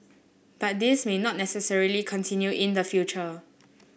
but this may not necessarily continue in the future